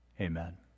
Amen